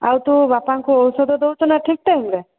ଆଉ ତୁ ବାପାଙ୍କୁ ଔଷଧ ଦଉଛୁନା ଠିକ୍ ଟାଇମରେ